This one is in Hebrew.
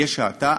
האטה.